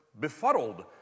befuddled